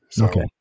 Okay